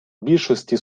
більшості